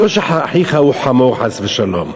לא שאחיך הוא חמור, חס ושלום,